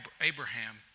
Abraham